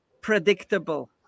predictable